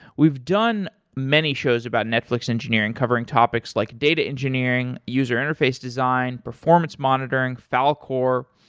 we've done many shows about netflix engineering covering topics like data engineering, user interface design, performance monitoring, falcor.